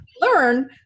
Learn